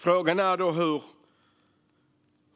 Frågan är då